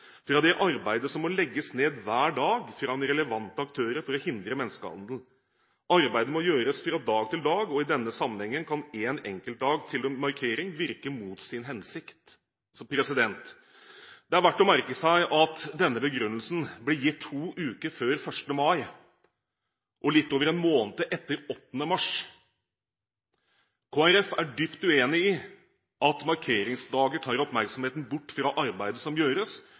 fra det arbeidet som må legges ned hver dag fra relevante aktører for å hindre menneskehandel. Arbeidet må gjøres fra dag til dag, og i denne sammenhengen kan én enkeltdag til markering virke mot sin hensikt.» Det er verdt å merke seg at denne begrunnelsen ble gitt to uker før 1. mai og litt over en måned etter 8. mars. Kristelig Folkeparti er dypt uenig i at markeringsdager tar oppmerksomheten bort fra arbeidet som gjøres